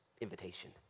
invitation